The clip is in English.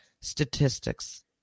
statistics